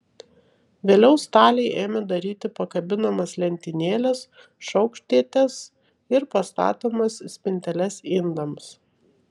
vėliau staliai ėmė daryti pakabinamas lentynėles šaukštdėtes ir pastatomas spinteles indams